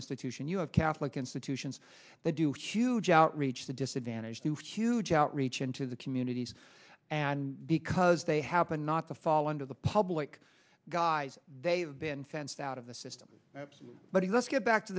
institution you have catholic institutions that do huge outreach to disadvantaged new huge outreach into the communities and because they happen not to fall into the public guys they've been fenced out of the system but he let's get back to